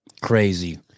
crazy